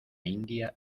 india